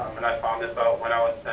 and i found this out when i was